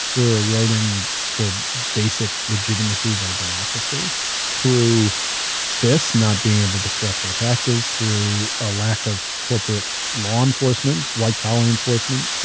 we're eroding the basic legitimacy of our democracy through this, through not being able to collect our taxes, through a lack of corporate law enforcement, white collar enforcement,